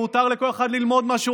באוטונומיה מותר לכל אחד ללמוד מה שהוא